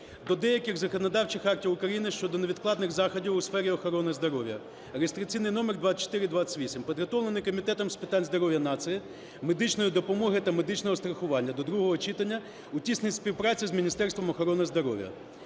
до деяких законодавчих актів України щодо невідкладних заходів у сфері охорони здоров'я (реєстраційний номер 2428), підготовлений Комітетом з питань здоров'я нації, медичної допомоги та медичного страхування до другого читання, у тісній співпраці з Міністерством охорони здоров'я.